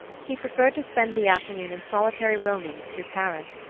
he preferred to spend the afternoon in solitary roamings through paris.